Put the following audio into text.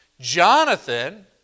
Jonathan